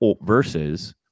versus